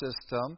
system